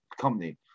company